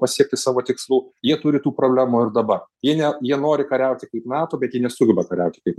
pasiekti savo tikslų jie turi tų problemų ir dabar jie ne jie nori kariauti kaip nato bet jie nesugeba kariauti kaip